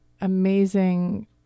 amazing